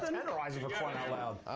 and tenderizer, for crying out loud.